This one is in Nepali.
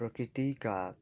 प्रकृतिका